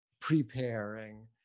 preparing